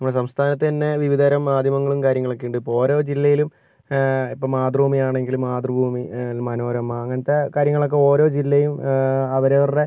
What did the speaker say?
നമ്മുടെ സംസ്ഥാനത്തു തന്നെ വിവിധതരം മാധ്യമങ്ങളും കാര്യങ്ങളുമൊക്കെയുണ്ട് ഇപ്പോൾ ഓരോ ജില്ലയിലും ഇപ്പം മാതൃഭൂമിയാണെങ്കിലും മാതൃഭൂമി മനോരമ അങ്ങനെത്തെ കാര്യങ്ങളൊക്കെ ഓരോ ജില്ലയിലും അവരവരുടെ